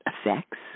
effects